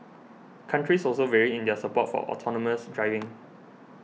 countries also vary in their support for autonomous driving